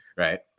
Right